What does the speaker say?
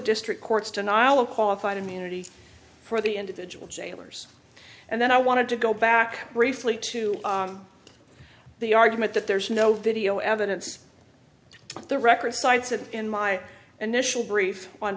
district court's denial of qualified immunity for the individual jailers and then i want to go back briefly to the argument that there's no video evidence on the record cites and in my initial brief on